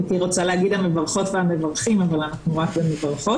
הייתי רוצה להגיד המברכות והמברכים אבל אנחנו רק במברכות,